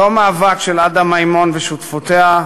אותו מאבק של עדה מימון ושותפותיה,